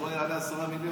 הוא לא יעלה 10 מיליון.